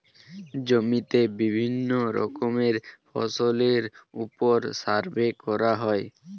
জমিতে বিভিন্ন রকমের ফসলের উপর সার্ভে করা হয়